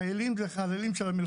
חללים של המלחמות,